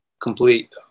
complete